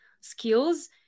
skills